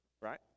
right